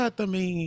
também